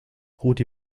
rudi